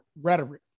rhetoric